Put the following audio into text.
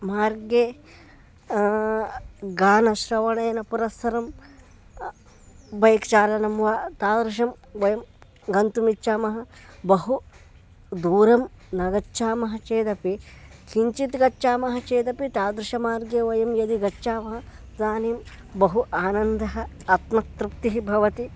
मार्गे गानश्रवणेन पुरस्सरं बैक् चालनं वा तादृशं वयं गन्तुम् इच्छामः बहु दूरं न गच्चामः चेदपि किञ्चित् गच्चामः चेदपि तादृशमार्गे वयं यदि गच्छामः इदानीं बहु आनन्दः आत्मतृप्तिः भवति